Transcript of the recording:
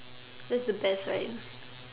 that's the best right